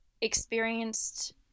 experienced